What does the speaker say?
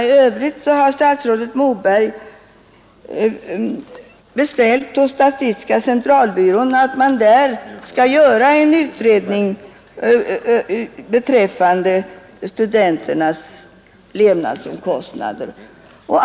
I övrigt har statsrådet Moberg dessutom hos statistiska centralbyrån beställt en utredning beträffande studenternas levnadsomkostnader.